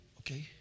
Okay